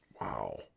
Wow